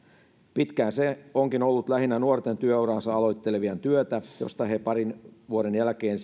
pitkään se onkin ollut lähinnä nuorten työuraansa aloittelevien työtä josta he parin vuoden jälkeen